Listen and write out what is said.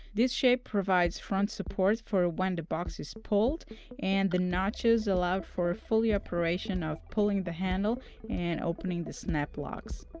this shape provides front support for when the box is pulled and the notches allow for fully operation of pulling the handle and opening the snap locks.